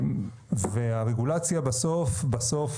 והרגולציה בסוף-בסוף